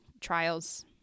trials